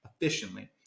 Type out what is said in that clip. efficiently